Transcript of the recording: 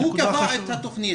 הוא קבע את התוכנית,